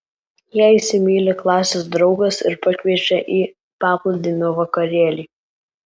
ją įsimyli klasės draugas ir pakviečia į paplūdimio vakarėlį